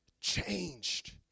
changed